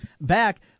back